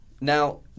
Now